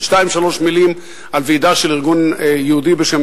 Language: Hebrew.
שתיים-שלוש מלים על ועידה של ארגון יהודי בשם